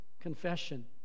confession